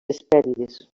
hespèrides